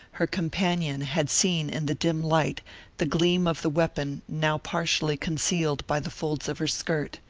her companion had seen in the dim light the gleam of the weapon now partially concealed by the folds of her skirt.